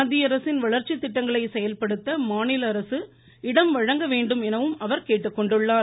மத்திய அரசின் வளர்ச்சி திட்டங்களை செயல்படுத்த மாநில அரசு இடம் வழங்க வேண்டும் எனவும் அவர் கேட்டுக்கொண்டார்